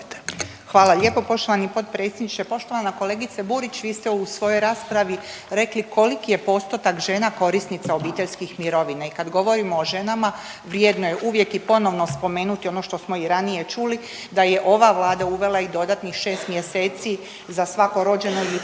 Hvala lijepo poštovani potpredsjedniče. Poštovana kolegice Burić vi ste u svojoj raspravi rekli koliki je postotak žena korisnica obiteljskih mirovina. I kad govorimo o ženama vrijedno je uvijek i ponovno spomenuti ono što smo i ranije čuli, da je ova Vlada uvela i dodatnih šest mjeseci za svako rođeno ili posvojeno